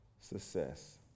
success